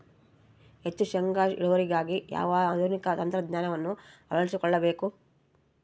ಹೆಚ್ಚು ಶೇಂಗಾ ಇಳುವರಿಗಾಗಿ ಯಾವ ಆಧುನಿಕ ತಂತ್ರಜ್ಞಾನವನ್ನು ಅಳವಡಿಸಿಕೊಳ್ಳಬೇಕು?